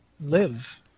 live